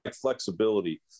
flexibility